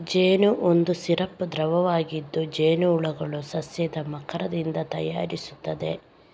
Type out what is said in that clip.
ಜೇನು ಒಂದು ಸಿರಪ್ ದ್ರವವಾಗಿದ್ದು, ಜೇನುಹುಳುಗಳು ಸಸ್ಯದ ಮಕರಂದದಿಂದ ತಯಾರಿಸುತ್ತವೆ